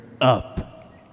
up